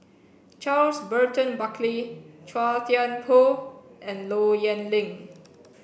Charles Burton Buckley Chua Thian Poh and Low Yen Ling